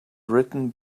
written